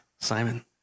Simon